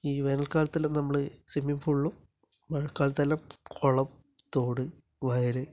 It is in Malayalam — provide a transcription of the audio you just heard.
ഈ വേനൽ കാലത്തെല്ലാം നമ്മള് സ്വിമ്മിംഗ് പൂളിലും മഴക്കാലത്തെല്ലാം കുളം തോട് വയല്